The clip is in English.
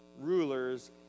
rulers